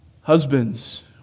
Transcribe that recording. Husbands